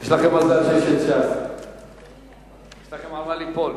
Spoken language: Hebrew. יש לכם מזל שיש ש"ס, יש לכם על מה ליפול.